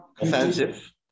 Offensive